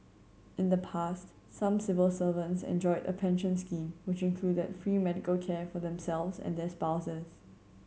in the past some civil servants enjoyed a pension scheme which included free medical care for themselves and their spouses